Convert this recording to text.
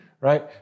Right